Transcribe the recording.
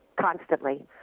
constantly